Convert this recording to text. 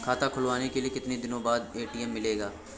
खाता खुलवाने के कितनी दिनो बाद ए.टी.एम मिलेगा?